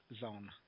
Zone